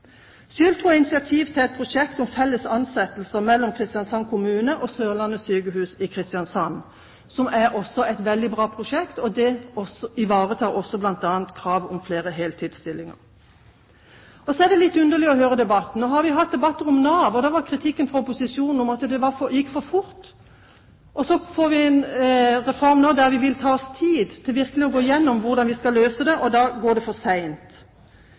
initiativ til et prosjekt om felles ansettelser mellom Kristiansand kommune og Sørlandet sykehus i Kristiansand. Det er et veldig bra prosjekt, og det ivaretar også bl.a. kravet om flere heltidsstillinger. Så er det litt underlig å høre debatten. Da vi hadde debatt om Nav, var kritikken fra opposisjonen at det gikk for fort. Når vi nå får en reform der vi virkelig vil ta oss tid til å gå igjennom dette og finne løsninger, da går det for sent. Spesielt er det viktig at vi får tidlig intervensjon på plass, og god forebygging. Jeg er veldig glad for